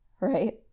right